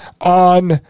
on